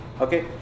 Okay